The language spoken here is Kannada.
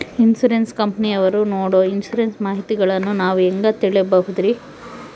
ಇನ್ಸೂರೆನ್ಸ್ ಕಂಪನಿಯವರು ನೇಡೊ ಇನ್ಸುರೆನ್ಸ್ ಮಾಹಿತಿಗಳನ್ನು ನಾವು ಹೆಂಗ ತಿಳಿಬಹುದ್ರಿ?